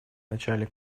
начале